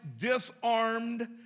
disarmed